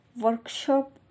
Workshop